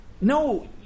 No